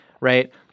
right